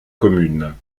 commune